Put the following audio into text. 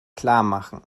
klarmachen